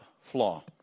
flaw